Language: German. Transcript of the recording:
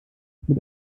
mit